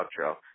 outro